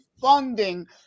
funding